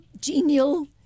genial